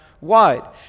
wide